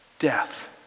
death